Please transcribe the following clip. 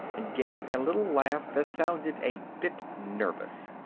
and gave a little laugh that sounded a bit nervous.